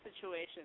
situation